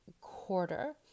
quarter